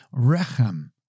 rechem